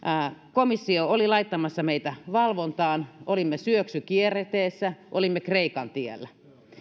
komissio oli laittamassa meitä valvontaan olimme syöksykierteessä olimme kreikan tiellä